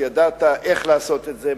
ידעת איך לעשות את זה,